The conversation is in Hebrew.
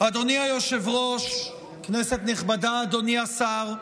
אדוני היושב-ראש, כנסת נכבדה, אדוני השר,